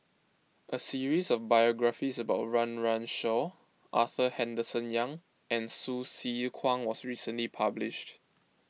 a series of biographies about Run Run Shaw Arthur Henderson Young and Hsu Tse Kwang was recently published